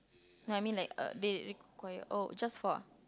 no I mean like uh they require oh just four ah